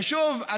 ושוב,